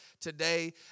today